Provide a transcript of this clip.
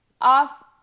off